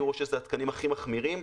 ויורו 6 זה התקנים הכי מחמירים,